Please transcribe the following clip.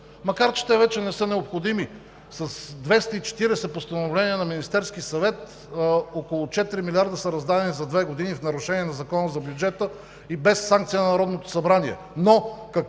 Макар че те вече не са необходими. С Постановление на Министерския съвет № 240 около 4 млрд. лв. са раздадени за две години в нарушение на Закона за бюджета и без санкция на Народното събрание.